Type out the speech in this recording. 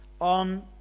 on